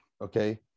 okay